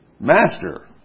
Master